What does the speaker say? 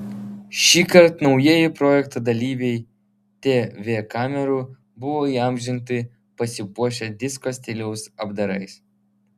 šįkart naujieji projekto dalyviai tv kamerų buvo įamžinti pasipuošę disko stiliaus apdarais